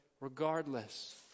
regardless